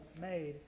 made